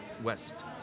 west